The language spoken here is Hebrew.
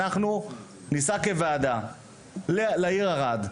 אנחנו ניסע כוועדה לעיר ערד,